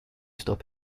stop